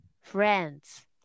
friends